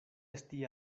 esti